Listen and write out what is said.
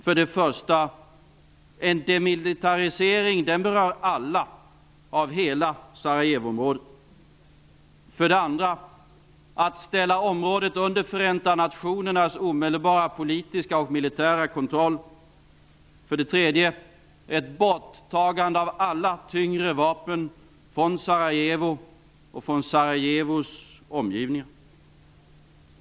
För det första berör en demilitarisering alla i hela För det andra handlar det om att området ställs under Förenta nationernas omedelbara politiska och militära kontroll. För det tredje handlar det om ett borttagande av alla tyngre vapen från Sarajevo och från Sarajevos omgivningar.